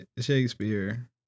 Shakespeare